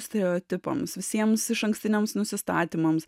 stereotipams visiems išankstiniams nusistatymams